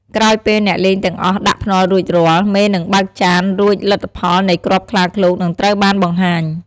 ក្រោយពេលអ្នកលេងទាំងអស់ដាក់ភ្នាល់រួចរាល់ មេនឹងបើកចានរួចលទ្ធផលនៃគ្រាប់ខ្លាឃ្លោកនឹងត្រូវបានបង្ហាញ។